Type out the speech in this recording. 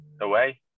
Away